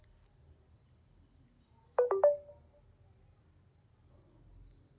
ಪ್ಲಮ್ಹಣ್ಣಿನ್ಯಾಗ ಆರೋಗ್ಯ ಸಮತೋಲನಕ್ಕ ಬೇಕಾಗಿರೋ ಆ್ಯಂಟಿಯಾಕ್ಸಿಡಂಟ್ ಅಂಶಗಳು ಹೆಚ್ಚದಾವ, ಇದು ಬಾಳ ದುಬಾರಿ ಹಣ್ಣಾಗೇತಿ